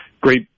great